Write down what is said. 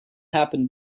happened